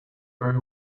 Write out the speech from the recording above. very